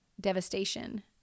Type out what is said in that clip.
devastation